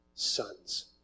Sons